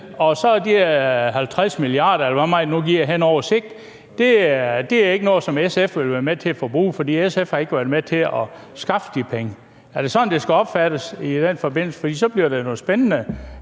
sted? De 50 mia. kr., eller hvor meget det nu bliver på sigt, er ikke nogle SF vil være med til at bruge, for SF har ikke været med til at skaffe de penge. Er det sådan, det skal opfattes i den forbindelse? For så bliver det jo nogle spændende